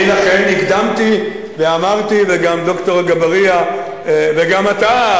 לכן, הקדמתי ואמרתי, וגם ד"ר אגבאריה וגם אתה,